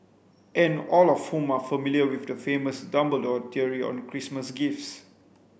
and all of whom are familiar with the famous Dumbledore theory on Christmas gifts